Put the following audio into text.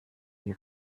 die